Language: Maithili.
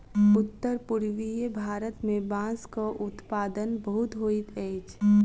उत्तर पूर्वीय भारत मे बांसक उत्पादन बहुत होइत अछि